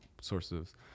sources